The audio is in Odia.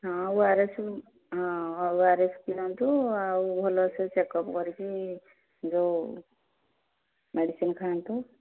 ହଁ ଓ ଆର୍ ଏସ୍ ହଁ ଓ ଆର୍ ଏସ୍ ପିଅନ୍ତୁ ଆଉ ଭଲସେ ଚେକ୍ଅପ୍ କରିକି ଯେଉଁ ମେଡ଼ିସିନ୍ ଖାଆନ୍ତୁ